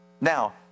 Now